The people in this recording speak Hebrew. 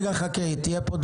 נא לשבת.